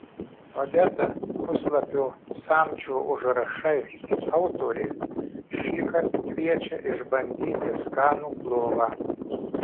odeta puslapio samčio užrašai autorė šįkart kviečia išbandyti skanų plovą